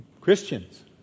Christians